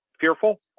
fearful